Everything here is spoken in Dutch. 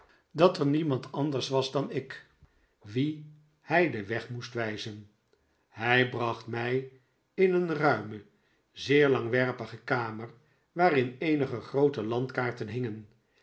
dat er niemand anders was dan ik wien hij den weg moest wijzen hij bracht mij in een ruime zeer langwerpige kamer waarin eenige groote landkaarten hingen